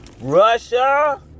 Russia